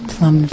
Plum